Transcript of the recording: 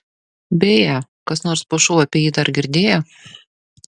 beje kas nors po šou apie jį dar girdėjo